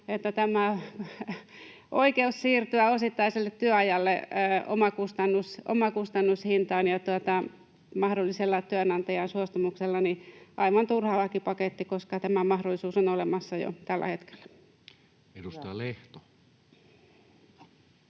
että tämä oikeus siirtyä osittaiselle työajalle omakustannushintaan ja mahdollisella työnantajan suostumuksella, on aivan turha lakipaketti, koska tämä mahdollisuus on olemassa jo tällä hetkellä. [Speech